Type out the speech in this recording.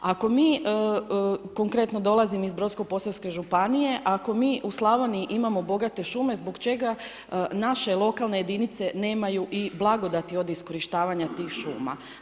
Ako mi, konkretno, dolazim iz Brodsko-posavske županije, ako mi u Slavoniji imamo bogate šume, zbog čega naše lokalne jedinice nemaju i blagodati od iskorištavanja tih šuma.